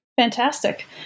Fantastic